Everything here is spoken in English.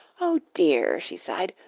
oh, dear, she sighed,